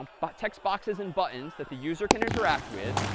um but text boxes and buttons that the user can interact with,